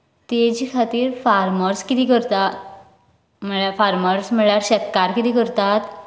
तेचे खातीर फार्मर्स कितें करता म्हळ्यार फार्मर्स म्हळ्यार शेतकार कितें करतात